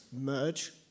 merge